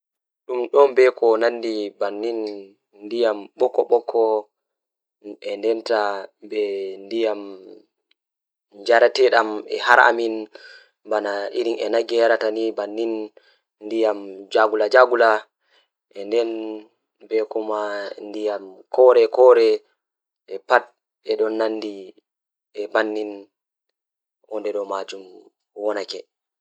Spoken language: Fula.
Ko puccuɗi ɓen waɗi e laawol naatnde ɓen: Jaabu o rose, ngalfata o marigold, njaawdi o sunflower, fuuji o lily of the valley, bawdi o bluebell, litte o iris, mbuttude o lavender.